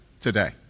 today